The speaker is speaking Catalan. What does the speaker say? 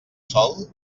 sol